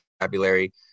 vocabulary